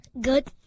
Good